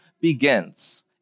begins